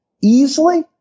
easily